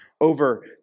over